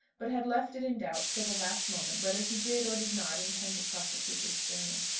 but had left it in doubt till the last moment whether he did or did not intend to prosecute his journey.